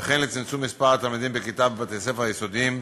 וכן לצמצום מספר התלמידים בכיתה בבתי-הספר היסודיים,